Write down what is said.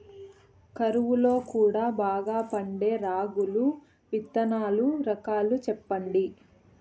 కరువు లో కూడా బాగా పండే రాగులు విత్తనాలు రకాలు చెప్పండి?